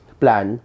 plan